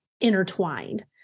intertwined